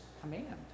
command